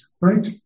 right